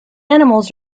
animals